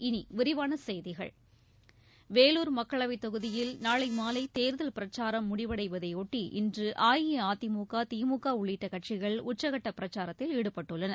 இனி விரிவான செய்திகள் வேலூர் மக்களவைத் தொகுதியில் நாளை மாலை தேர்தல் பிரச்சாரம் முடிவடைவதையொட்டி இன்று அஇஅதிமுக திமுக உள்ளிட்ட கட்சிகள் உச்சக்கட்டப் பிரச்சாரத்தில் ஈடுபட்டுள்ளன